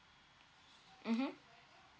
mmhmm